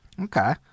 okay